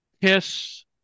KISS